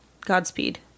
Godspeed